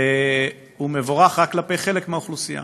הוא מבורך רק כלפי חלק מהאוכלוסייה,